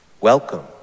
Welcome